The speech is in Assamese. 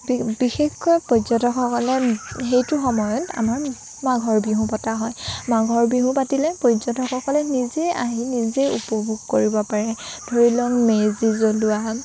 বিশেষকৈ পৰ্যটকসকলে সেইটো সময়ত আমাৰ মাঘৰ বিহু পতা হয় মাঘৰ বিহু পাতিলে পৰ্যটকসকলে নিজে আহি নিজে উপভোগ কৰিব পাৰে ধৰি লওক মেজি জ্বলোৱা হয়